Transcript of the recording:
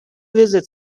visit